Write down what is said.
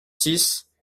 six